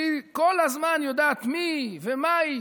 היא כל הזמן יודעת מי היא ומה היא